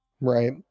right